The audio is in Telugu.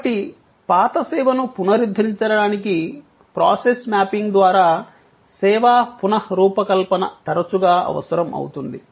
కాబట్టి పాత సేవను పునరుద్ధరించడానికి ప్రాసెస్ మ్యాపింగ్ ద్వారా సేవా పునఃరూపకల్పన తరచుగా అవసరం అవుతుంది